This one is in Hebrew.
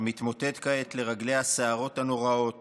המתמוטט כעת לרגלי הסערות הנוראות